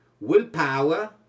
willpower